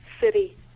City